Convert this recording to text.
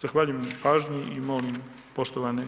Zahvaljujem na pažnji i molim poštovane